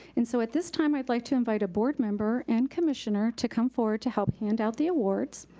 and so, at this time, i'd like to invite a board member and commissioner to come forward to help hand out the awards.